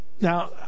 Now